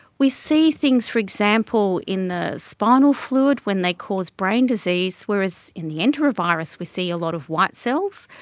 we see things, for example, in the spinal fluid when they cause brain disease, whereas in the enterovirus we see a lot of white cells.